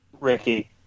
Ricky